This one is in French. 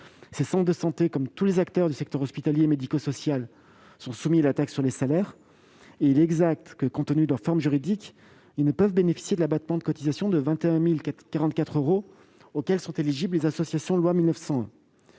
Ces centres de santé, comme tous les acteurs du secteur hospitalier et médico-social, sont soumis à la taxe sur les salaires. Compte tenu de leur forme juridique, ils ne peuvent bénéficier de l'abattement de cotisations de 21 044 euros auquel sont éligibles les associations relevant